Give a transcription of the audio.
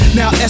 now